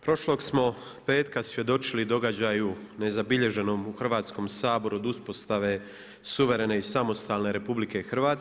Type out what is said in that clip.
Prošlog smo petka svjedočili događaju nezabilježenom u Hrvatskom saboru od uspostave suverene i samostalne Republike Hrvatske.